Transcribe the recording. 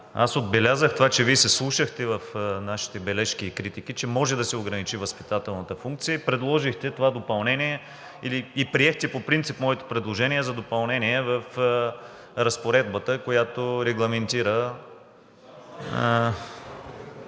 Аз отбелязах това, че Вие се вслушахте в нашите бележки и критики, че може да се ограничи възпитателната функция, и предложихте това допълнение, и приехте по принцип моето предложение за допълнение в разпоредбата, която регламентира